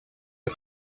der